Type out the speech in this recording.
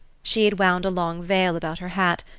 she had wound a long veil about her hat,